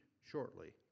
shortly